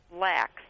lacks